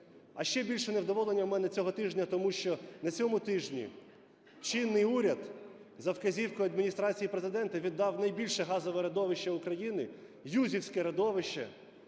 А ще більше невдоволення у мене цього тижня, тому що на цьому тижні чинний уряд за вказівкою Адміністрації Президента віддав найбільше газове родовище України - Юзівське родовище -